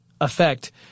effect